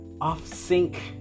off-sync